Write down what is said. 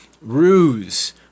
ruse